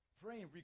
Praying